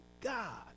God